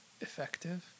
effective